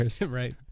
Right